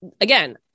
again